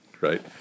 right